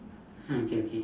mm okay okay